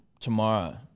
tomorrow